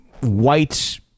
white